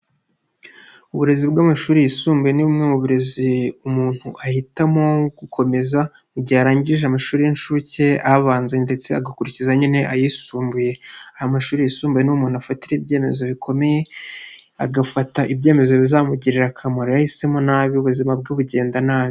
Uburezi bw'amashuri yisumbuye ni bumwe mu burezi umuntu ahitamo gukomeza mu gihe arangije amashuri y'inshuke aha abanza ndetse agakurikiza nyine ayisumbuye. Amashuri yisumbuye ni umuntu afatira ibyemezo bikomeye, agafata ibyemezo bizamugirira akamaro iyo ahisemo nabi ubuzima bwe bugenda nabi.